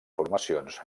formacions